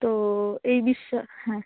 তো এই বিশ্ব হ্যাঁ